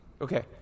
Okay